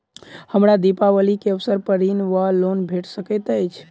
हमरा दिपावली केँ अवसर पर ऋण वा लोन भेट सकैत अछि?